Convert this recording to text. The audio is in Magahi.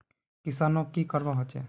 किसानोक की करवा होचे?